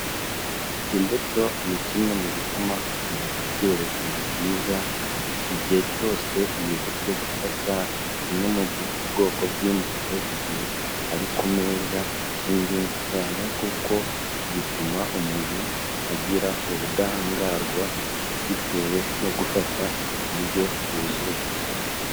Imbuto ni kimwe mu bituma umuntu agira ubuzima bwiza igihe cyose yibutse gufata imwemwe mu bwoko bw'imbuto igihe ari ku meza nigenzi cyane kuko bituma umuntu agira ubudahangarwa bitewe no gufata indyo yuzuye.